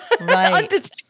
Right